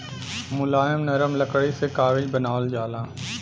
मुलायम नरम लकड़ी से कागज बनावल जाला